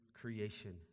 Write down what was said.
creation